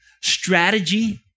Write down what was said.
strategy